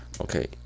Okay